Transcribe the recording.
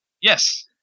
Yes